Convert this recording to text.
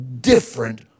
different